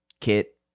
kit